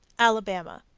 alabama.